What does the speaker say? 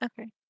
Okay